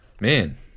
man